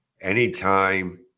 anytime